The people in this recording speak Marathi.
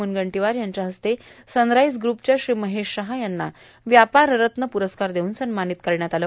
मुनगंटांवार यांच्या हस्ते सनराईज ग्रुपच्या श्री महेश शहा यांना व्यापाररत्न पुरस्कार देऊन सन्मार्गानत करण्यात आलं